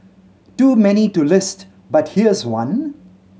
too many too list but here's one